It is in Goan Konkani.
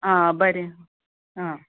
आं बरें आं